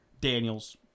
Daniels